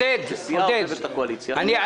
או שסיעה עוזבת את הקואליציה --- עודד,